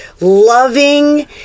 loving